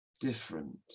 different